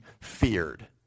feared